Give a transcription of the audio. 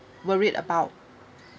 worried about